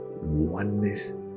oneness